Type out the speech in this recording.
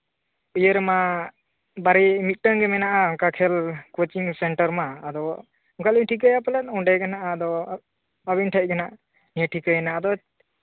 ᱤᱭᱟᱹ ᱨᱮᱢᱟ ᱢᱤᱫᱴᱮᱱ ᱜᱮ ᱢᱮᱱᱟᱜᱼᱟ ᱚᱱᱠᱟ ᱠᱷᱮᱞ ᱠᱳᱪᱤᱝ ᱥᱮᱱᱴᱟᱨ ᱢᱟ ᱟᱫᱚ ᱚᱱᱠᱟᱞᱤᱧ ᱴᱷᱤᱠᱟᱭᱮᱫᱟ ᱯᱟᱞᱮᱫ ᱚᱸᱰᱮᱜᱮ ᱦᱟᱸᱜ ᱟᱫᱚ ᱟᱹᱵᱤᱱ ᱴᱷᱮᱡᱜᱮ ᱦᱟᱸᱜ ᱱᱤᱭᱟᱹ ᱴᱷᱤᱠᱟᱹᱭᱮᱱᱟ ᱟᱫᱚ